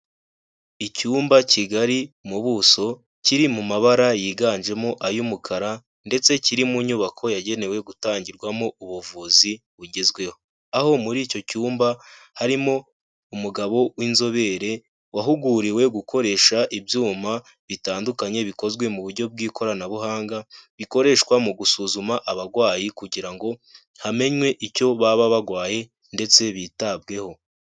Icyumba kigari mu buso, kiri mu mabara yiganjemo ay'umukara, ndetse kiri mu nyubako yagenewe gutangirwamo ubuvuzi bugezweho. Aho muri icyo cyumba harimo umugabo w'inzobere wahuguriwe gukoresha ibyuma bitandukanye bikozwe mu buryo bw'ikoranabuhanga bikoreshwa mu gusuzuma abarwayi kugira ngo hamenyewe icyo baba barwaye ndetse bitabweho.